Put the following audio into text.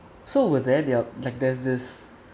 so we're there there like there's this